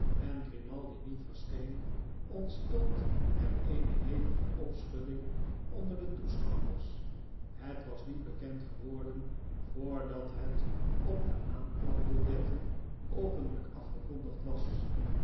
en grimaldi niet verscheen ontstond er eene hevige opschudding onder de toeschouwers het was niet bekend geworden voordat het op de aanplakbiljetten openlijk afgekondigd was